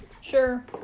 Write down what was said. Sure